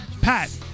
Pat